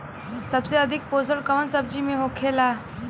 सबसे अधिक पोषण कवन सब्जी में होखेला?